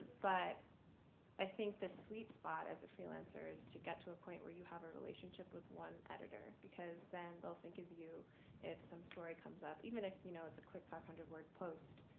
but i think the sweet spot as a freelancer is to get to a point where you have a relationship with one editor, because then they'll think of you if some story comes up. even if you know it's a quick five hundred word post,